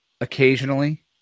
occasionally